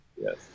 yes